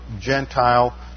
Gentile